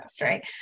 right